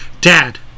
Dad